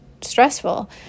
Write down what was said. stressful